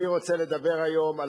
כדי שלא ייראה בעיניהם כאילו,